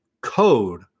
code